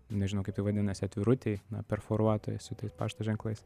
nežinau kaip tai vadinasi atvirutėj na perforuotoje su pašto ženklais